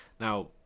Now